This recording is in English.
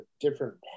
different